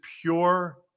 pure